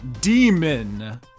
demon